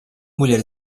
mulher